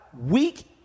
weak